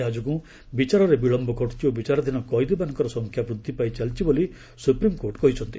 ଏହା ଯୋଗୁଁ ବିଚାରରେ ବିଳମ୍ୟ ଘଟୁଛି ଓ ବିଚାରଧୀନ କଏଦୀମାନଙ୍କର ସଂଖ୍ୟା ବୃଦ୍ଧି ପାଇଚାଲିଛି ବୋଲି ସୁପ୍ରିମ୍କୋର୍ଟ କହିଛନ୍ତି